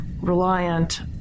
reliant